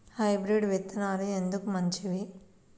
Hybrid విత్తనాలు ఎందుకు మంచివి?